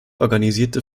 organisierte